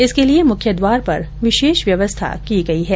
इसके लिये मुख्य द्वार पर विशेष व्यवस्था की गई है